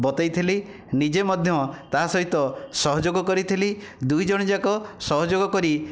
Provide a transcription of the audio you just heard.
ବତେଇଥିଲି ନିଜେ ମଧ୍ୟ ତା' ସହିତ ସହଯୋଗ କରିଥିଲି ଦୁଇଜଣ ଯାକ ସହଯୋଗ କରି